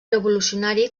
revolucionari